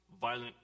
violent